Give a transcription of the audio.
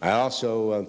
i also